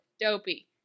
Dopey